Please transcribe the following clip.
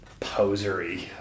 posery